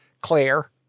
claire